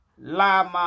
Lama